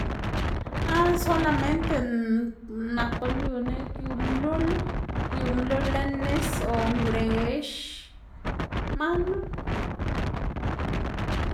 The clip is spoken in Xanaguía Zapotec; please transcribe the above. Ah solamente nak guꞌn yu neꞌg yu mluꞌl, yu mluꞌl lën nis o ngrex manu.